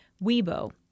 Weibo